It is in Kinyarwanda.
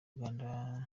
uganda